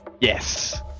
Yes